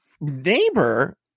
neighbor